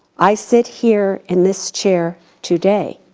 i sit here in this chair today.